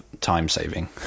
time-saving